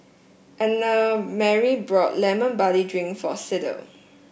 Annemarie bought Lemon Barley Drink for Sydell